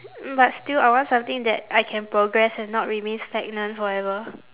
but still I want something that I can progress and not remain stagnant forever